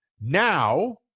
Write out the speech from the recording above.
Now